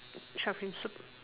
shark fin soup